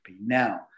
Now